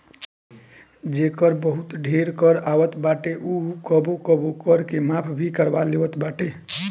जेकर बहुते ढेर कर आवत बाटे उ कबो कबो कर के माफ़ भी करवा लेवत बाटे